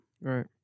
right